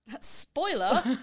Spoiler